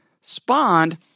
spawned